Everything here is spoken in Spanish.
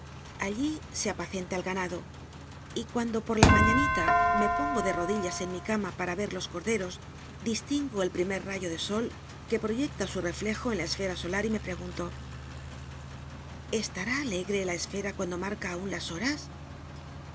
allí se apacenta el ganado y cuando por la maiíanita me pongo de odillas en mi cama para ver los cordci'os distingo el primo rayo de sol que proyecta su cflcjo en la esfera sola y egunlo me pregunto estará alegre la esfera las horas